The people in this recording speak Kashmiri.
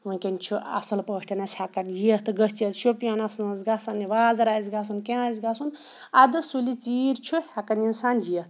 وٕنۍکٮ۪ن چھُ اَصٕل پٲٹھٮ۪نَس ہٮ۪کان یِتھ گٔژھِتھ شُپیَنَس منٛز گژھان یہِ بازر آسہِ گژھُن کینٛہہ آسہِ گژھُن اَدٕ سُلہِ ژیٖرۍ چھُ ہٮ۪کان اِنسان یِتھ